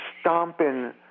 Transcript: stomping